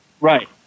Right